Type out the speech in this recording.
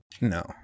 No